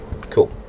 Cool